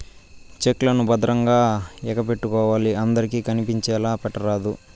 check లను భద్రంగా ఎగపెట్టుకోవాలి అందరికి కనిపించేలా పెట్టరాదు